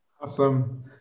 Awesome